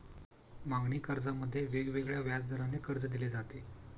मागणी कर्जामध्ये वेगवेगळ्या व्याजदराने कर्ज दिले जाते